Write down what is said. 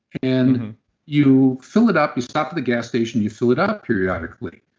and you fill it up. you stop at the gas station you fill it up periodically.